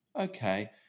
Okay